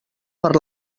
per